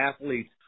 athletes